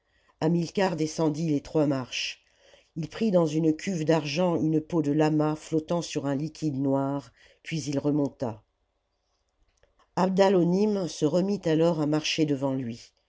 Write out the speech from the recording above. hamilcar descendit les trois marches il prit dans une cuve d'argent une peau de lama flottant sur un liquide noir puis il remonta abdalonim se remit alors à marcher devant lui